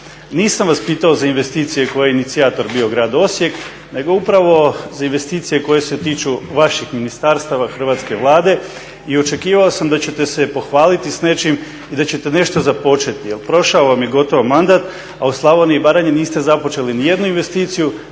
Nisam vas pitao za investicije koji je inicijator bio Grad Osijek nego upravo za investicije koje se tiču vaših ministarstava Hrvatske Vlade i očekivao sam da ćete se pohvaliti s nečim i da ćete nešto započeti jer prošao vam je gotovo mandat a u Slavoniji i Baranji niste započeli nijednu investiciju,